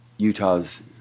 Utah's